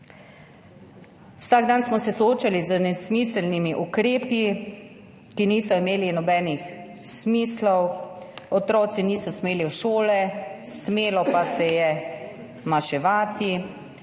Vsak dan smo se soočali z nesmiselnimi ukrepi, ki niso imeli nobenih smislov. Otroci niso smeli v šole, smelo pa se je maševati.